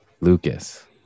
lucas